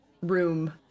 room